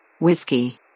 Whiskey